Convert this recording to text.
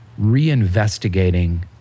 reinvestigating